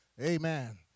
Amen